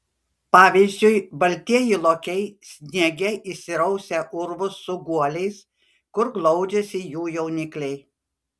pavyzdžiui baltieji lokiai sniege išsirausia urvus su guoliais kur glaudžiasi jų jaunikliai